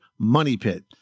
MONEYPIT